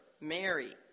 Mary